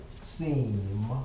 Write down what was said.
seem